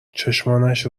چشمانش